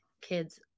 kids